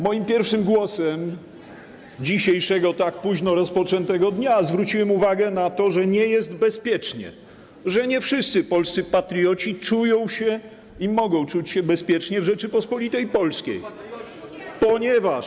Moim pierwszym głosem dzisiejszego tak późno rozpoczętego dnia zwróciłem uwagę na to, że nie jest bezpiecznie, że nie wszyscy polscy patrioci czują się i mogą czuć się bezpieczni w Rzeczypospolitej Polskiej.